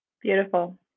Beautiful